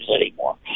anymore